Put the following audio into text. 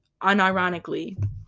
unironically